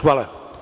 Hvala.